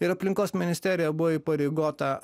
ir aplinkos ministerija buvo įpareigota